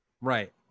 Right